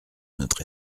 notre